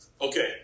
Okay